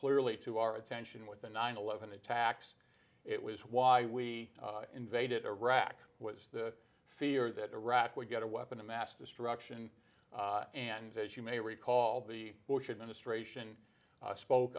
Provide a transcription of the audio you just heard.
clearly to our attention with the nine eleven attacks it was why we invaded iraq was the fear that iraq would get a weapon of mass destruction and as you may recall the bush administration spoke